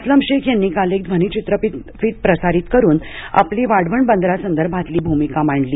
अस्लम शेख यांनी काल एक ध्वनीचित्रफीत प्रसारित करून आपली वाढवण बंदरासंदर्भातली भूमिका मांडली